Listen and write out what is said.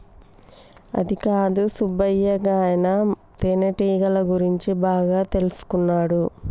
అదికాదు సుబ్బయ్య గాయన తేనెటీగల గురించి బాగా తెల్సుకున్నాడు